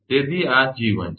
તેથી આ 𝐺1 છે